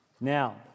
Now